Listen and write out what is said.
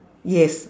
yes